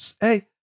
hey